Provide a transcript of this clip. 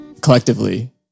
collectively